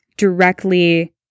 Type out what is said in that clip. Directly